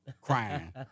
crying